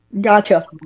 Gotcha